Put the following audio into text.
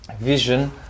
vision